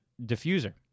diffuser